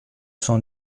cent